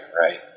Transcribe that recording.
right